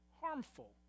harmful